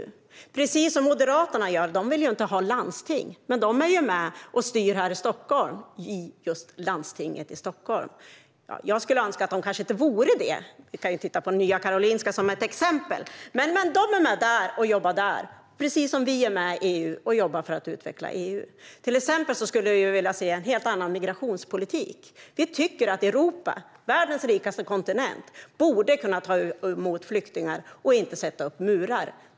Det är precis på samma sätt som Moderaterna, som inte vill ha landsting, gör. De är med och styr här i Stockholm i just landstinget i Stockholm. Jag skulle kanske önska att de inte vore det - vi kan ju titta på Nya Karolinska som ett exempel - men de är med där och jobbar där, på samma sätt som vi är med i EU och jobbar för att utveckla EU. Till exempel skulle vi vilja se en helt annan migrationspolitik. Vi tycker att Europa, världens rikaste kontinent, borde kunna ta emot flyktingar och inte sätta upp murar.